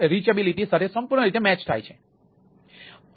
તે સચોટ સાથે સંપૂર્ણ રીતે મેળ ખાય છે